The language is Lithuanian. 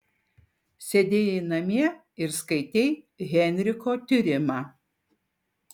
sėdėjai namie ir skaitei henriko tyrimą